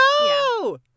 No